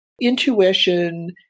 Intuition